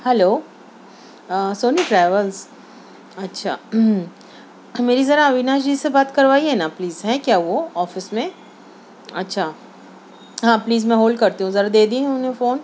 hello Soni travels اچھا میری ذرا اوناش جی سے بات کروائیے نا پلیز ہیں کیا وہ آفس میں اچھا ہاں پلیز میں ہولڈ کرتی ہوں ذرا دے دیجیے انہیں فون